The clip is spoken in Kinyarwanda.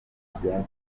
byatuma